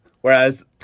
whereas